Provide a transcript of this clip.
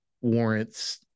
warrants